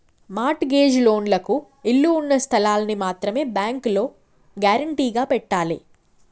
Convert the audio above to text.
mart gauge లోన్లకు ఇళ్ళు ఉన్న స్థలాల్ని మాత్రమే బ్యేంకులో గ్యేరంటీగా పెట్టాలే